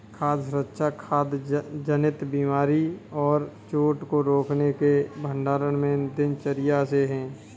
खाद्य सुरक्षा खाद्य जनित बीमारी और चोट को रोकने के भंडारण में दिनचर्या से है